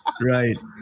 right